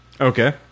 Okay